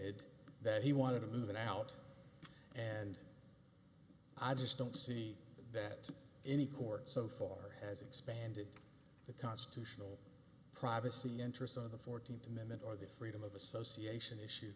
d that he wanted to move it out and i just don't see that any court so far has expanded the constitutional privacy interest of the fourteenth amendment or the freedom of association issue